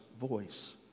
voice